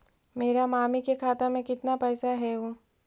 मेरा मामी के खाता में कितना पैसा हेउ?